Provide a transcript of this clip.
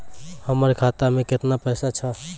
हमर खाता मैं केतना पैसा छह?